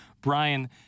Brian